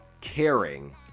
caring